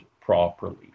properly